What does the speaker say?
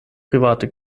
private